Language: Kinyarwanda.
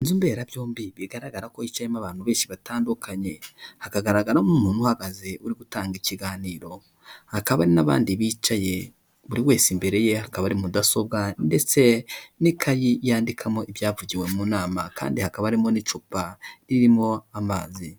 Inzu mbera byombi bigaragara ko icyamo abantu benshi batandukanye hakagaragaramo umuntu uhagaze uri gutanga ikiganiro hakaba n'abandi bicaye buri wese imbere ye akaba ari mudasobwa ndetse n'ikayi yandikamo ibyavugiwe mu nama kandi hakaba harimo n'icupa ririmo amazi.